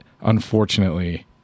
unfortunately